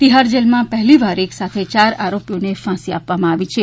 તિહાર જેલમાં પહેલીવાર એક સાથે યાર આરોપીઓને ફાંસી આપવામાં આવી છે